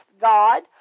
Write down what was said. God